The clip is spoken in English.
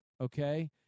okay